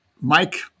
Mike